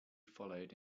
followed